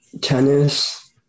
Tennis